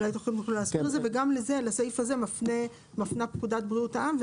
גם לסעיף הזה מפנה פקודת בריאות העם.